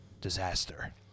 disaster